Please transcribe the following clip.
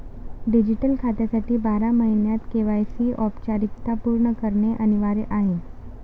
digital खात्यासाठी बारा महिन्यांत के.वाय.सी औपचारिकता पूर्ण करणे अनिवार्य आहे